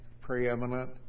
preeminent